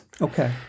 Okay